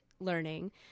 Learning